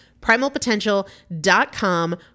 Primalpotential.com